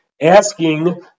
asking